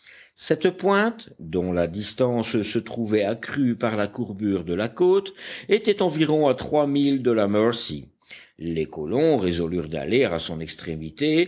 cette pointe dont la distance se trouvait accrue par la courbure de la côte était environ à trois milles de la mercy les colons résolurent d'aller à son extrémité